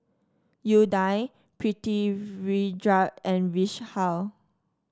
Udai Pritiviraj and Vishal